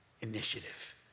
initiative